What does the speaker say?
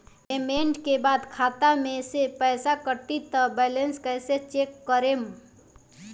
Payment के बाद खाता मे से पैसा कटी त बैलेंस कैसे चेक करेम?